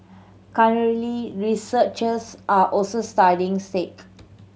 currently researchers are also studying sake